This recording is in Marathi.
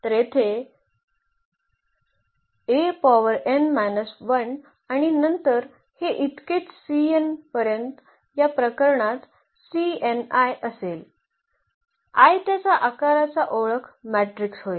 तर येथे आणि नंतर हे इतकेच पर्यंत या प्रकरणात असेल त्याच आकाराचा ओळख मॅट्रिक्स होईल